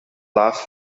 last